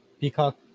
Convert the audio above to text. Peacock